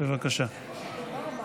והרווחה להכנתה לקריאה הראשונה.